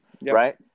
right